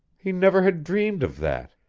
he never had dreamed of that!